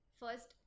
first